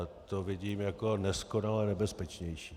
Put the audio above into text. A to vidím jako neskonale nebezpečnější.